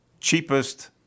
cheapest